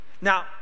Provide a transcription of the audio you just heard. Now